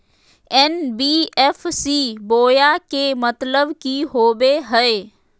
NBFC बोया के मतलब कि होवे हय?